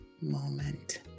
moment